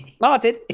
Martin